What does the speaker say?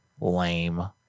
Lame